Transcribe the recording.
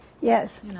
Yes